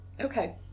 Okay